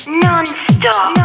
non-stop